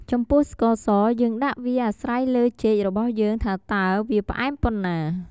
ចំពោះស្ករសយើងដាក់វា អាស្រ័យលើចេករបស់យើង ថាតើវាផ្អែមប៉ុណ្ណា។